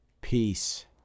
Peace